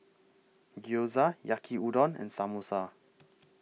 Gyoza Yaki Udon and Samosa